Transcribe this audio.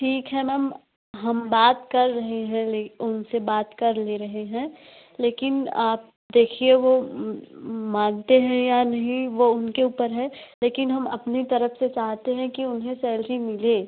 ठीक है मैम हम बात कर रहें हैं ले उन से बात कर ले रहे हैं लेकिन आप देखिए वे मानते हैं या नहीं वह उनके ऊपर है लेकिन हम अपनी तरफ़ से चाहते हैं कि उन्हें सैलरी मिले